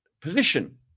position